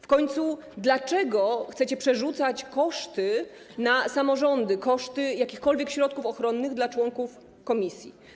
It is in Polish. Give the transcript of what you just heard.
W końcu dlaczego chcecie przerzucać koszty na samorządy, koszty jakichkolwiek środków ochronnych dla członków komisji?